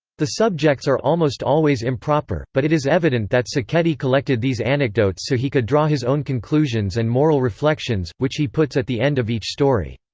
the subjects are almost always improper, but it is evident that sacchetti collected these anecdotes so he could draw his own conclusions and moral reflections, which he puts at the end of each story.